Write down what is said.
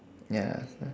ya